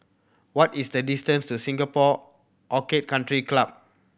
what is the distance to Singapore Orchid Country Club